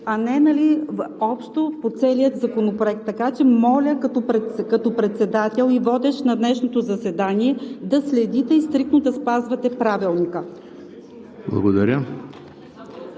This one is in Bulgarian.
а не общо по целия законопроект. Така че, моля като председател и водещ на днешното заседание, да следите и стриктно да спазвате Правилника.